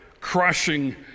crushing